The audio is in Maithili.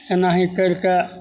एनाही करिके